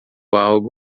algo